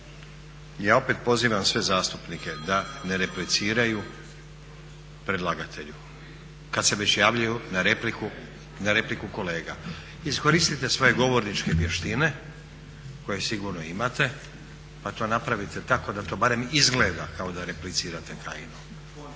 ja opet pozivam sve zastupnik da ne repliciraju predlagatelju kada se već javljaju na repliku kolega. Iskoristite svoje govorničke vještine koje sigurno imate pa to napravite tako da to barem izgleda da replicirajte Kajinu.